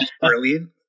Brilliant